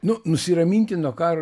nu nusiraminti nuo karo